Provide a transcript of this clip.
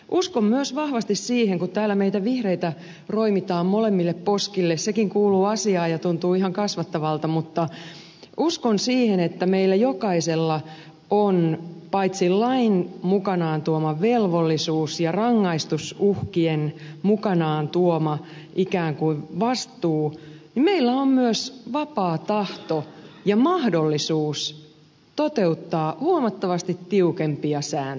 uskon myös vahvasti siihen kun täällä meitä vihreitä roimitaan molemmille poskille sekin kuuluu asiaan ja tuntuu ihan kasvattavalta että meillä jokaisella on paitsi lain mukanaan tuoma velvollisuus ja rangaistusuhkien mukanaan tuoma ikään kuin vastuu myös vapaa tahto ja mahdollisuus toteuttaa huomattavasti tiukempia sääntöjä